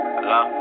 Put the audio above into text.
Hello